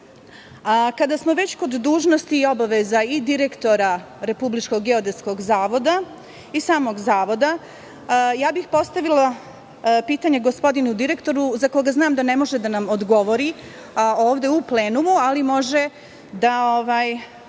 smo već kod dužnosti i obaveza i direktora RGZ i samog Zavoda, ja bih postavila pitanje gospodinu direktoru, za koga znam da ne može da nam odgovori ovde u plenumu, ali može da